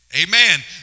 Amen